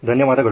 ಧನ್ಯವಾದಗಳು